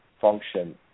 function